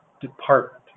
Department